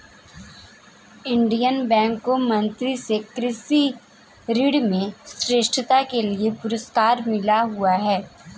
Indian bank को मंत्री से कृषि ऋण में श्रेष्ठता के लिए पुरस्कार मिला हुआ हैं